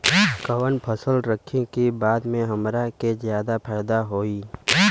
कवन फसल रखी कि बाद में हमरा के ज्यादा फायदा होयी?